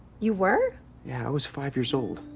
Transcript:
you were? yeah. i was five years old.